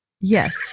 Yes